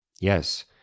Yes